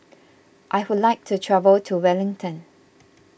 I would like to travel to Wellington